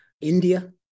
India